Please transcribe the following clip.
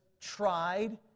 tried